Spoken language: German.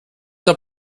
geht